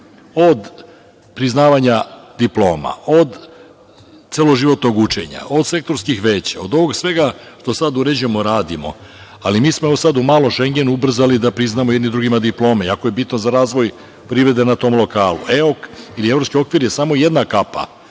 od priznavanja diploma, od celoživotnog učenja, od sektorskih veća, od ovog svega što sada uređujemo, radimo. Mi smo sada u malom Šengenu ubrzali da priznamo jedni drugima diplome. Jako je bitno za razvoj privrede na tom lokalu. Evropski okvir je samo jedna kapa,